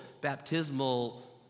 baptismal